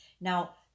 Now